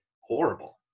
horrible